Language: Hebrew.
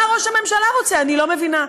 מה ראש הממשלה רוצה, אני לא מבינה.